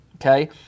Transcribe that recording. okay